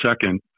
second